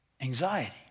anxiety